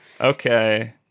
Okay